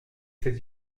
ses